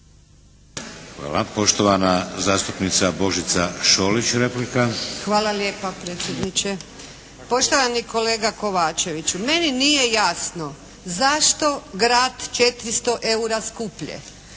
Hvala. Poštovana zastupnica Božica Šolić, replika. **Šolić, Božica (HDZ)** Hvala lijepa predsjedniče. Poštovani kolega Kovačević. Meni nije jasno zašto grad 400 eura skuplje.